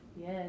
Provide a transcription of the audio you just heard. Yes